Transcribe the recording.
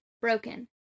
broken